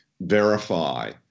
verify